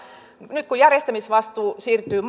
nyt kun järjestämisvastuu siirtyy